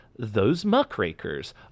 thosemuckrakers